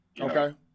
Okay